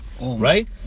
right